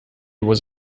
was